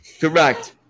Correct